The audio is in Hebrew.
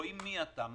רואים מי אתה,